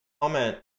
comment